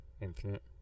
Infinite